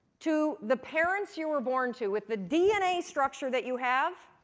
to the parents you were born to, with the dna structure that you have,